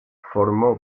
formó